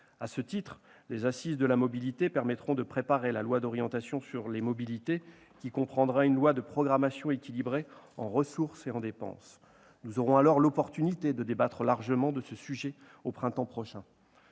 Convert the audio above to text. À ce titre, les assises de la mobilité permettront de préparer la loi d'orientation sur les mobilités à laquelle sera associée une loi de programmation équilibrée en ressources et en dépenses. Nous aurons donc l'occasion de débattre largement de ce sujet au printemps prochain.